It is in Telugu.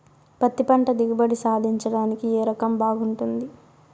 పత్తి పంట దిగుబడి సాధించడానికి ఏ రకం బాగుంటుంది?